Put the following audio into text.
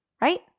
right